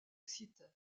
site